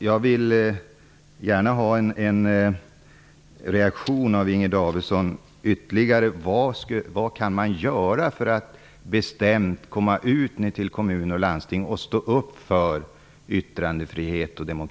Jag vill gärna få en reaktion från Inger Davidson.